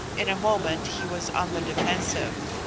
in a moment he was on the defensive.